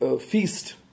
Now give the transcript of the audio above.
feast